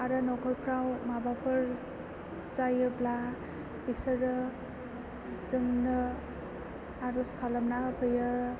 आरो नखरफ्राव माबाफोर जायोब्ला बिसोरो जोंनो आर'ज खालामना होफैयो